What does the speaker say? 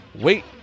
Wait